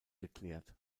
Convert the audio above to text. geklärt